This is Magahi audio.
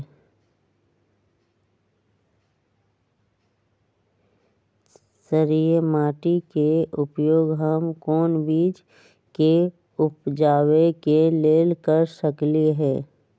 क्षारिये माटी के उपयोग हम कोन बीज के उपजाबे के लेल कर सकली ह?